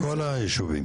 בכל היישובים.